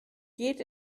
geht